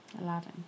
Aladdin